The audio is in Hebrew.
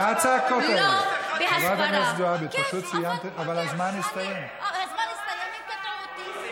למה לא יכול להיות שלום בינינו לבין הערבים?